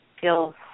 feels